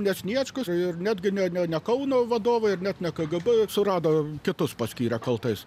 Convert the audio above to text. ne sniečkus ir netgi ne ne kauno vadovai ir net ne kgb surado kitus paskyrė kaltais